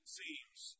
seems